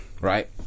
right